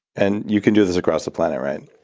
and you can do this across the planet, right?